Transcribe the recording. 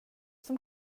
som